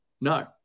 No